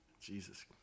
Jesus